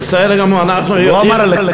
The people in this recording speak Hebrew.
בסדר גמור, אנחנו יודעים, הוא לא אמר עליכם.